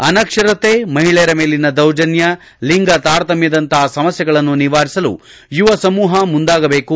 ಅನಕ್ಷರತೆ ಮಹಿಳೆಯರ ಮೇಲಿನ ದೌರ್ಜನ್ಯ ಲಿಂಗತಾರತಮ್ಯದಂತಪ ಸಮಸ್ಥೆಗಳನ್ನು ನಿವಾರಿಸಲು ಯುವ ಸಮೂಹ ಮುಂದಾಗಬೇಕು